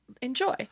enjoy